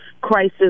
crisis